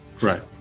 Right